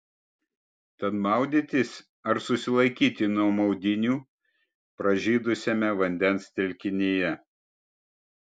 tad maudytis ar susilaikyti nuo maudynių pražydusiame vandens telkinyje